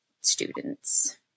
students